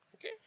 Okay